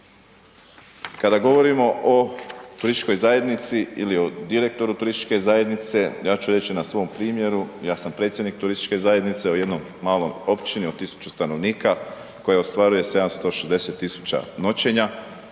Kada govorimo o turističkoj zajednici ili o direktoru turističke zajednice, ja ću reći na svom primjeru, ja sam predsjednik turističke zajednice u jednoj maloj općini od 1000 stanovnika, koje ostvaruju 760 000 noćenja